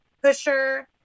Pusher